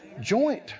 Joint